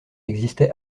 existait